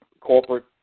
corporate